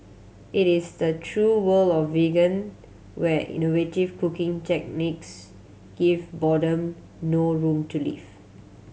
it is the true world of vegan where innovative cooking techniques give boredom no room to live